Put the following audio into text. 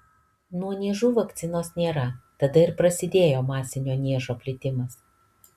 nuo niežų vakcinos nėra tada ir prasidėjo masinis niežo plitimas